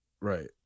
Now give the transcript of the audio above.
Right